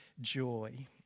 joy